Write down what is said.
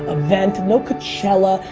event, no coachella,